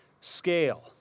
scale